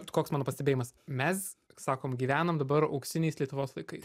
koks mano pastebėjimas mes sakom gyvenam dabar auksiniais lietuvos laikais